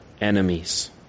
enemies